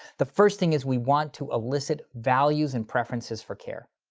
the first thing is we want to elicit values and preferences for care.